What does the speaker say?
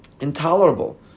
intolerable